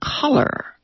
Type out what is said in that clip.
color